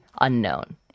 unknown